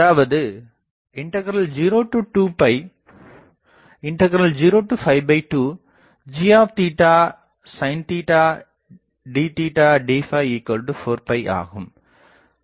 அதாவது 0202g sin d d4 ஆகும்